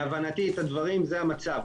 מהבנתי את הדברים זה המצב.